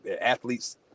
athletes